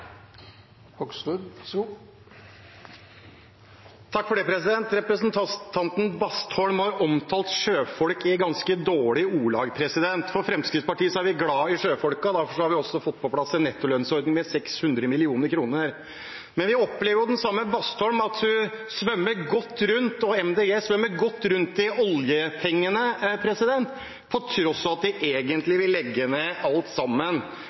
glad i sjøfolka, og derfor har vi fått på plass en nettolønnsordning på 600 mill. kr. Men vi opplever at den samme Bastholm og Miljøpartiet De Grønne svømmer godt rundt i oljepengene, på tross av at de egentlig vil legge ned alt sammen.